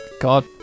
God